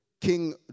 King